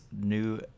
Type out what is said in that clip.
new